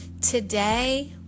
today